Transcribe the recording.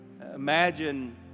Imagine